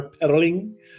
pedaling